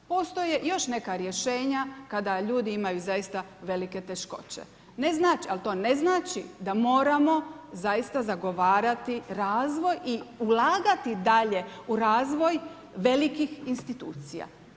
Postoje još neka rješenja kada ljudi imaju zaista velike teškoće, ali to ne znači da moramo zaista zagovarati razvoj i ulagati dalje u razvoj velikih institucija.